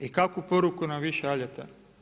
I kakvu poruku nam vi šaljete?